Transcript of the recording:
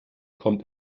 kommt